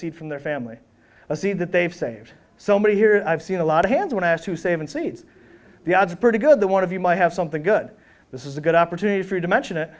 seed from their family a seed that they've saved so many here and i've seen a lot of hands when asked to save and seeds the odds are pretty good the one of you might have something good this is a good opportunity for you to mention it